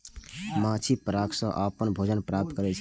माछी पराग सं अपन भोजन प्राप्त करै छै